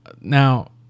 Now